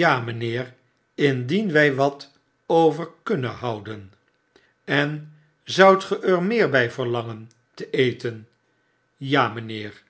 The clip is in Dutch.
ja mynheer indien wy wat over kunnen houden en zoudt ge er meer by verlangen te eten ja mijnheer